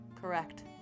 correct